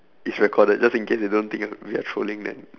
it's recorded just in case they don't think I'm we are trolling them